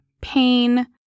pain